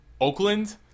Oakland